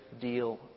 deal